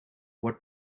what